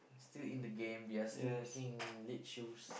still in the game they are still making lead shoes